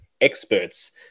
experts